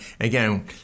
again